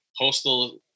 postal